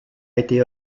été